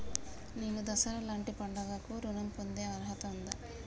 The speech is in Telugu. నేను దసరా లాంటి పండుగ కు ఋణం పొందే అర్హత ఉందా?